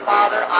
Father